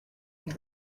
und